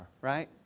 right